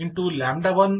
e